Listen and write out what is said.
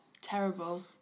terrible